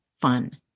fun